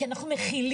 כי אנחנו מכילים.